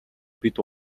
бид